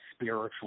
spiritual